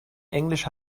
englisch